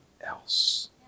else